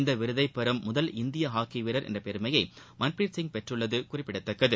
இந்த விருதை பெறும் முதல் இந்திய ஹாக்கி வீரர் என்ற பெருமையை மன்பிரித் சிங் பெறுவது குறிப்பிடத்தக்கது